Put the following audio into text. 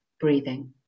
breathing